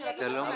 של התושבים?